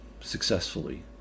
successfully